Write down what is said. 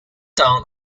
town